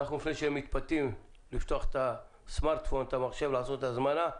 לפני שאנחנו מתפתים לפתוח המחשב ולעשות הזמנה,